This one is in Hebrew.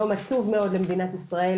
יום עצוב מאוד למדינת ישראל,